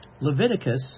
Leviticus